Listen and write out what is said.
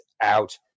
out